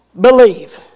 believe